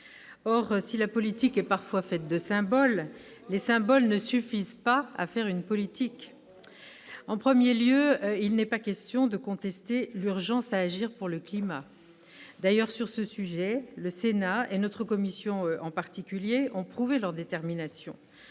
Or, si la politique est parfois faite de symboles, les symboles ne suffisent pas à faire une politique. En premier lieu, il n'est pas question de contester l'urgence à agir pour le climat. D'ailleurs, sur ce sujet, le Sénat, notre commission en particulier, a prouvé sa détermination.